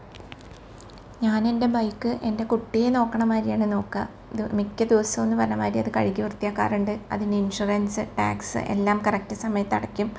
ഞാനെൻ്റെ ബൈക്ക് എൻ്റെ കുട്ടിയെ നോക്കുന്നത് മാതിരിയാണ് നോക്കുക ഇത് മിക്ക ദിവസവുമെന്ന് പറഞ്ഞത് മാതിരി അത് കഴുകി വൃത്തിയാക്കാറുണ്ട് അതിന് ഇൻഷൊറൻസ്സ് ടാക്സ്സ് എല്ലാം കറക്റ്റ് സമയത്തടയ്ക്കും